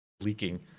leaking